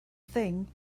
thing